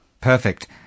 Perfect